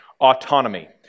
autonomy